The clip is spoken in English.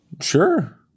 Sure